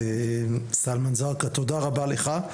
סלמאן זרקא, תודה רבה לך.